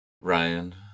Ryan